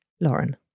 lauren